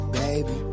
baby